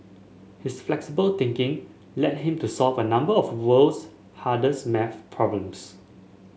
his flexible thinking led him to solve a number of world's hardest maths problems